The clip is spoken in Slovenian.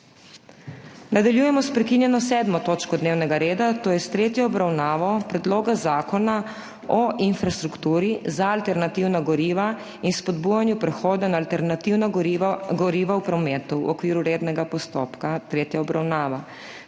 **Nadaljujemo s prekinjeno 7. točko dnevnega reda, to je s tretjo obravnavo Predloga zakona o infrastrukturi za alternativna goriva in spodbujanju prehoda na alternativna goriva v prometu v okviru rednega postopka, tretja obravnava.**